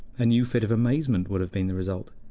a new fit of amazement would have been the result.